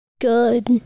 good